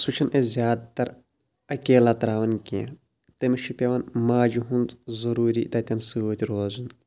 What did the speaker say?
سُہ چھِن أسۍ زیادٕ تَر اکیلا ترٛاوان کیٚنہہ تٔمِس چھُ پٮ۪وان ماجہٕ ہٕنٛز ضٔروٗری تَتٮ۪ن سۭتۍ روزُن